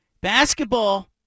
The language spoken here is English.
Basketball